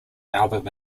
album